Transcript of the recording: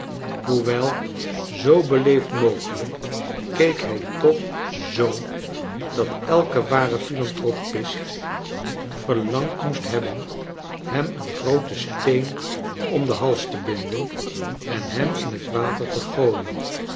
hoewel zoo beleefd mogelijk keek hij toch zoo dat elke ware philantropist verlangd moest hebben hem een grooten steen om den hals te binden en hem in het water te gooien